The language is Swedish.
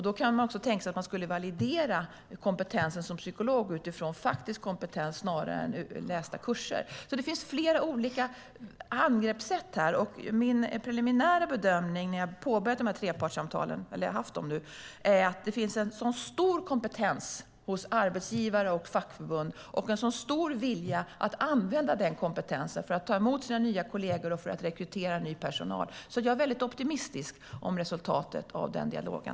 Då kan man tänka sig att kompetensen som psykolog skulle valideras utifrån faktisk kompetens snarare än lästa kurser. Det finns flera olika angreppssätt. Min preliminära bedömning, sedan jag har haft de här trepartssamtalen, är att det finns en stor kompetens hos arbetsgivare och fackförbund och en stor vilja att använda den kompetensen för att ta emot sina nya kolleger och rekrytera ny personal. Jag är mycket optimistisk om resultatet av den dialogen.